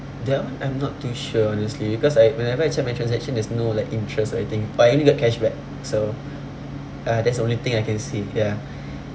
that one I'm not too sure honestly because I whenever I check my transaction there's no like interest or anything but I only got cashback so uh that's the only thing I can see ya